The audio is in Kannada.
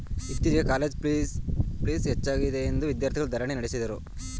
ಇತ್ತೀಚೆಗೆ ಕಾಲೇಜ್ ಪ್ಲೀಸ್ ಹೆಚ್ಚಾಗಿದೆಯೆಂದು ವಿದ್ಯಾರ್ಥಿಗಳು ಧರಣಿ ನಡೆಸಿದರು